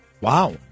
Wow